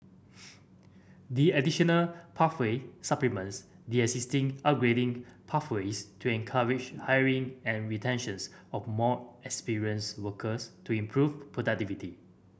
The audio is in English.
the additional pathway supplements the existing upgrading pathways to encourage hiring and retentions of more experienced workers to improve productivity